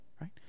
right